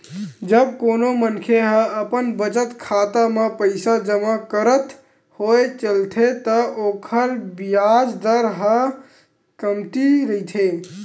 जब कोनो मनखे ह अपन बचत खाता म पइसा जमा करत होय चलथे त ओखर बियाज दर ह कमती रहिथे